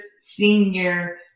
senior